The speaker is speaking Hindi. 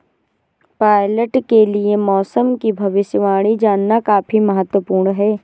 पायलट के लिए मौसम की भविष्यवाणी जानना काफी महत्त्वपूर्ण है